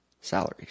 salaries